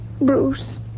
Bruce